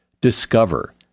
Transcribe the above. Discover